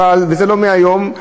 זה לא מהיום.